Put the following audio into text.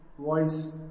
voice